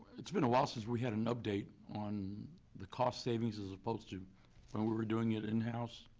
it's been a while since we had an update on the cost savings as opposed to when we were doing it in-house.